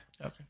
Okay